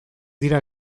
dira